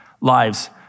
lives